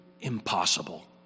impossible